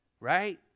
right